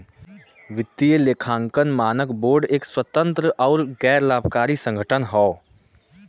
वित्तीय लेखांकन मानक बोर्ड एक स्वतंत्र आउर गैर लाभकारी संगठन हौ